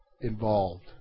involved